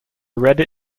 ready